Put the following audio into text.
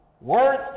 Words